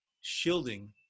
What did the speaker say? shielding